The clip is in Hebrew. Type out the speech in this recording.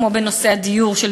כמו בנושא הדיור,